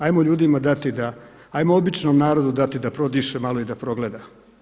Ajmo ljudima dati, ajmo običnom narodu dati da prodiše malo i da progleda.